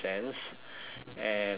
and uh